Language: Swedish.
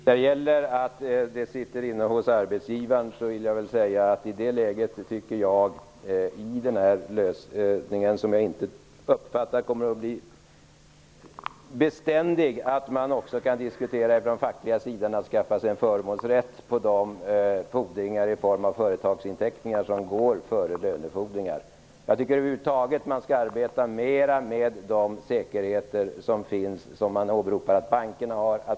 Herr talman! En fråga gällde detta att pengarna finns hos arbetsgivaren. Med den här lösningen, som jag inte tror kommer att bli beständig, anser jag att man också ifrån fackets sida kan diskutera att skaffa sig en förmånsrätt på de fordringar i form av företagsinteckningar som går före lönefordringar. Över huvud taget tycker jag att man bör arbeta mer med de säkerheter som man hävdar att bankerna har.